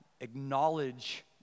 acknowledge